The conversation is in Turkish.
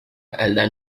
elden